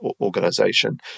organization